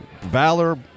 valor